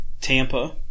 Tampa